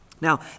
Now